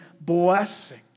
blessing